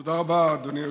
תודה רבה, אדוני היושב-ראש.